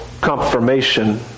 confirmation